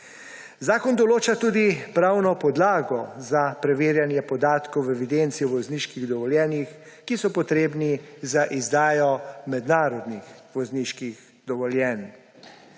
Zakon določa tudi pravno podlago za preverjanje podatkov v evidenci o vozniških dovoljenjih, ki so potrebni za izdajo mednarodnih vozniških dovoljenj.